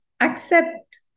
accept